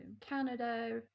Canada